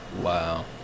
Wow